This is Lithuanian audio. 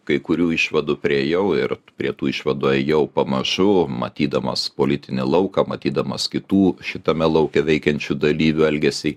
kai kurių išvadų priėjau ir prie tų išvadų ėjau pamažu matydamas politinį lauką matydamas kitų šitame lauke veikiančių dalyvių elgesį